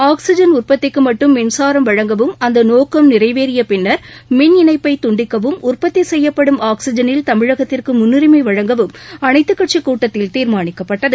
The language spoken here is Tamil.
ஆக்ஸிஜன் உற்பத்திக்கு மட்டும் மின்சாரம் வழங்கவும் அந்த நோக்கம் நிறைவேறிய பின்னர் மின் இணைப்பை துண்டிக்கவும் உற்பத்தி செய்யப்படும் ஆக்ஸிஜனில் தமிழகத்திற்கு முன்னுரிமை வழங்கவும் அனைத்துக் கட்சிக் கூட்டத்தில் தீர்மானிக்கப்பட்டது